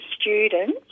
students